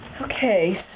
Okay